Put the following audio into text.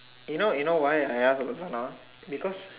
you know you know why I ask about Zana because